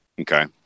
Okay